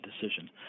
decision